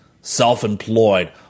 Self-employed